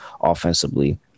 offensively